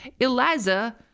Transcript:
Eliza